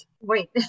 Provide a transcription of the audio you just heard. Wait